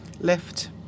left